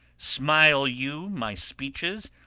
smile you my speeches,